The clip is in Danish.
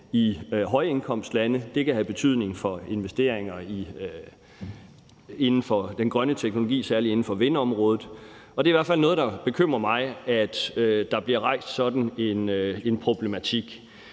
i højindkomstlande. Det kan have betydning for investeringer inden for den grønne teknologi, særlig inden for vindområdet. Og det er i hvert fald noget, der bekymrer mig, at der bliver rejst sådan en problematik.